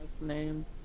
Name